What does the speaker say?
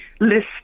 list